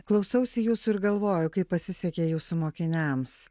klausausi jūsų ir galvoju kaip pasisekė jūsų mokiniams